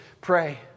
pray